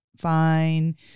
fine